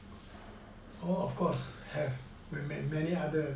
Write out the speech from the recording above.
all of course have man~ many other